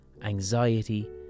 anxiety